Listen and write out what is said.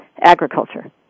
agriculture